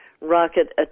rocket